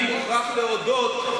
אני מוכרח להודות,